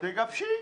תגבשי.